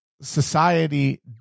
society